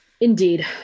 Indeed